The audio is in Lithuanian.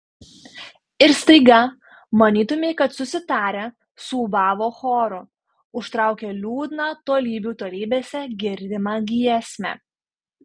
ir staiga manytumei kad susitarę suūbavo choru užtraukė liūdną tolybių tolybėse girdimą giesmę